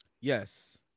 Yes